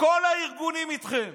כל הארגונים איתכם.